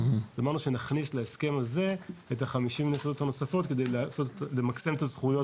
אמרנו שנכניס להסכם הזה את החמישים יחידות נוספות כדי למקסם את הזכויות